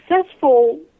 successful